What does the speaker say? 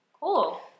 Cool